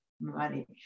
money